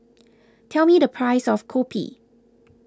tell me the price of Kopi